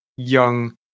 young